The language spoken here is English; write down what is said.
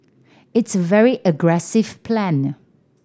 it's a very aggressive plan